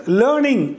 learning